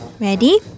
Ready